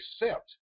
accept